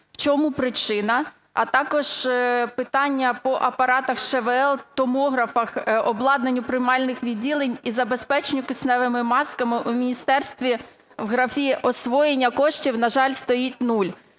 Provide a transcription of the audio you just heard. У чому причина? А також питання по апаратах ШВЛ, томографах, обладнанню приймальних відділень і забезпеченню кисневими масками. У міністерстві в графі "освоєння коштів", на жаль, стоїть нуль.